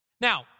Now